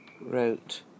wrote